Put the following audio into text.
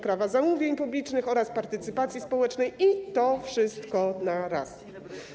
Prawa zamówień publicznych oraz partycypacji społecznej, i to wszystko na raz?